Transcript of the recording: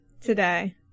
today